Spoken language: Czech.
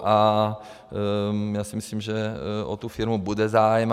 A já si myslím, že o tu firmu bude zájem.